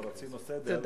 אבל רצינו סדר,